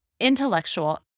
intellectual